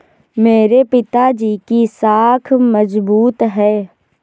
मेरे पिताजी की साख मजबूत है